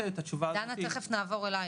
דנה תיכף נעבור אלייך.